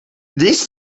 this